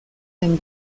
den